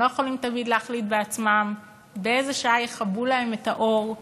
הם לא תמיד יכולים להחליט בעצמם באיזו שעה יכבו להם את האור,